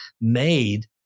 made